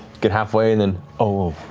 get halfway and then, oh,